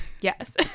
yes